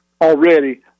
already